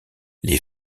les